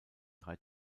drei